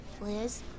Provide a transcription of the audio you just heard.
Liz